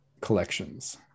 collections